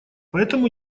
поэтому